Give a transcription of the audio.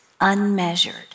unmeasured